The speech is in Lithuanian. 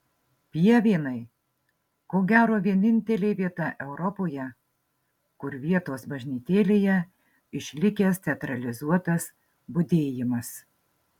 pievėnai ko gero vienintelė vieta europoje kur vietos bažnytėlėje išlikęs teatralizuotas budėjimas